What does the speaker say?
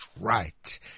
right